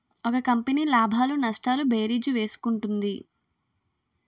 ఒక కంపెనీ లాభాలు నష్టాలు భేరీజు వేసుకుంటుంది